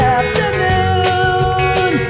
afternoon